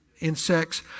insects